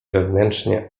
wewnętrznie